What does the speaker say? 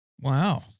Wow